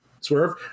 Swerve